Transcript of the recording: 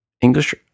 English